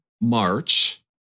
march